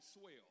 swell